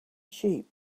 sheep